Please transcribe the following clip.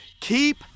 Keep